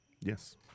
Yes